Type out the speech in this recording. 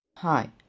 Hi